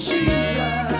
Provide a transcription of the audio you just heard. Jesus